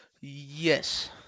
Yes